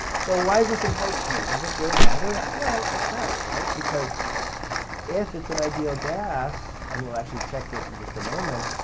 so, why is this important to me, does this really matter? well, it does right because if it's an ideal gas and we'll actually check this in just a moment,